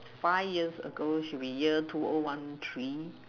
five years ago should be year two o one three